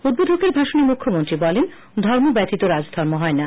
উদ্বোধকের ভাষণে মুখ্যমন্ত্রী বলেন ধর্ম ব্যতীত রাজধর্ম হয়না